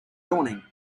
yawning